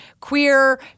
Queer